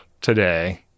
today